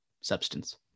substance